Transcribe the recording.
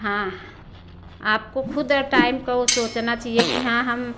हाँ आपको खुद अ टाइम को ओ सोचना चाहिए कि हाँ हम